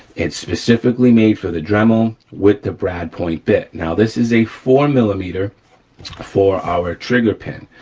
it's specifically made for the dremel with the brad point bit. now this is a four millimeter for our trigger pin.